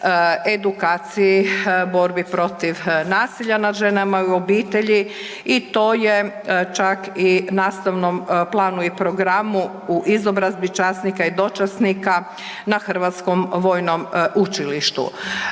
edukaciji borbi protiv nasilja nad ženama i u obitelji i to je čak u nastavnom planu i programu u izobrazbi časnika i dočasnika na Hrvatskom vojnom učilištu.